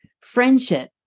friendship